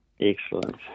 Excellent